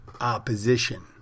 opposition